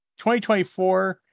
2024